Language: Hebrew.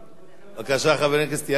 בבקשה, חבר הכנסת יריב לוין.